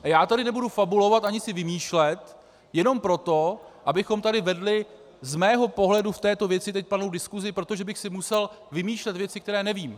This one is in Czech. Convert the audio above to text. Já tady nebudu fabulovat ani si vymýšlet jenom proto, abychom tady vedli z mého pohledu v této věci diskusi, protože bych si musel vymýšlet věci, které nevím.